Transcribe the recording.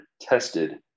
tested